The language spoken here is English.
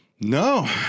No